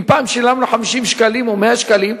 אם פעם שילמנו 50 שקלים או 100 שקלים,